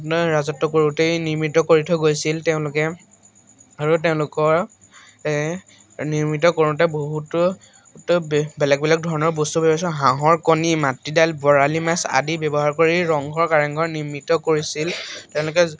ৰাজত্ব কৰোঁতেই নিৰ্মিত কৰি থৈ গৈছিল তেওঁলোকে আৰু তেওঁলোকৰ নিৰ্মিত কৰোঁতে বহুতো বেলেগ বেলেগ ধৰণৰ বস্তু ব্যৱহাৰ কৰিছিল হাঁহৰ কণী মাটি দাইল বৰালি মাছ আদি ব্যৱহাৰ কৰি ৰংঘৰ কাৰেংঘৰ নিৰ্মিত কৰিছিল তেওঁলোকে